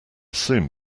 soon